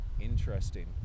interesting